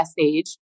age